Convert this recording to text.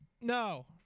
no